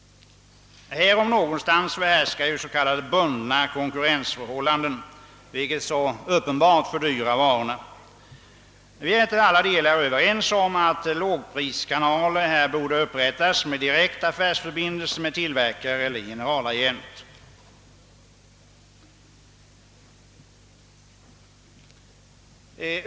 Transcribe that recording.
Här om någonstans härskar ju s.k. bundna konkurrensförhållanden, vilket så uppenbart fördyrar varorna. Vi är till alla delar överens om att lågpriskanaler här borde upprättas i form av direkta affärsförbindelser med tillverkare eller generalagent.